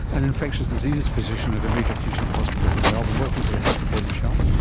an infectious diseases physician at a major teaching hospital in melbourne. welcome to the health report, michelle.